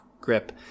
grip